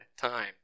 time